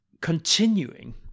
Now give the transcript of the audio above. continuing